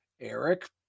Eric